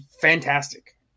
fantastic